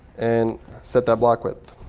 and set that block width.